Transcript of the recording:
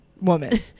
woman